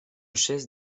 chaise